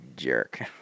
jerk